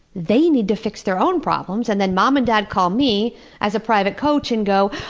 they need to fix their own problems. and then mom and dad call me as a private coach and go,